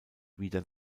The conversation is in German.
wieder